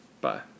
Bye